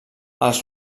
als